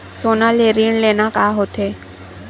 सोना ले ऋण लेना का होथे?